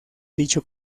dicho